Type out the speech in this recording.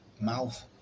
mouth